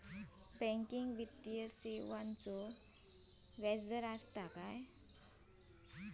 Banking वित्तीय सेवाचो व्याजदर असता काय?